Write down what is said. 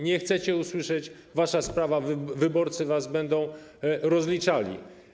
Nie chcecie usłyszeć, wasza sprawa, wyborcy was będą rozliczali.